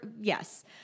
yes